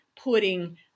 putting